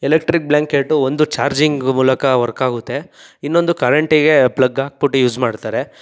electric blanket ಒಂದು charging ಮೂಲಕ ವರ್ಕಾಗುತ್ತೆ ಇನ್ನೊಂದು ಕರೆಂಟಿಗೆ ಪ್ಲಗ್ ಹಾಕಿಬಿಟ್ಟು ಯೂಸ್ ಮಾಡ್ತಾರೆ